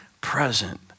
present